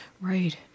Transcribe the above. right